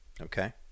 Okay